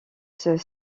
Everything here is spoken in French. saint